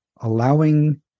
allowing